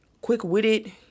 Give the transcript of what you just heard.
quick-witted